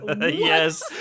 Yes